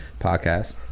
podcast